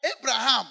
Abraham